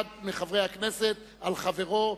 אחד מחברי הכנסת על חברו,